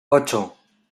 ocho